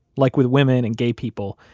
like with women and gay people,